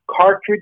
cartridge